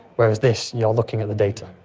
whereas this you're looking at the data.